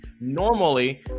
Normally